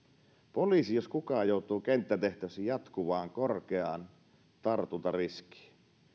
poliisi jos kuka joutuu kenttätehtävissä jatkuvaan korkeaan tartuntariskiin